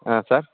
ಹಾಂ ಸರ್